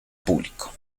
público